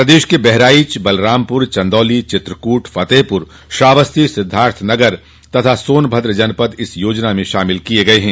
प्रदेश के बहराइच बलरामपुर चन्दौली चित्रकूट फतेहपुर श्रावस्ती सिद्धार्थनगर तथा सोनभद्र जनपद इस योजना में शामिल किए गए हैं